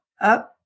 up